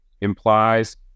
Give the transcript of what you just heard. implies